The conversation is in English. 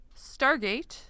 Stargate